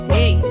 Hey